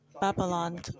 Babylon